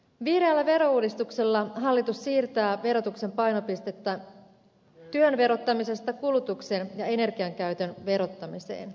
vihreällä verouudistuksella hallitus siirtää verotuksen painopistettä työn verottamisesta kulutuksen ja energiankäytön verottamiseen